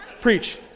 Preach